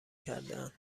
کردهاند